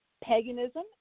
Paganism